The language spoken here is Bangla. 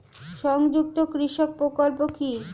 সংযুক্ত কৃষক প্রকল্প কি?